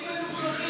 בריונים מלוכלכים?